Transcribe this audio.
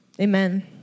Amen